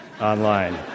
online